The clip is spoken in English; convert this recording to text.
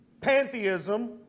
pantheism